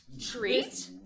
Treat